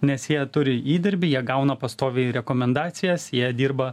nes jie turi įdirbį jie gauna pastoviai rekomendacijas jie dirba